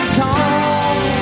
come